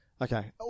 Okay